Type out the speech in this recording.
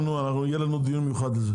יהיה לנו דיון מיוחד לזה.